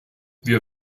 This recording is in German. wir